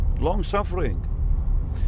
Long-suffering